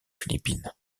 philippines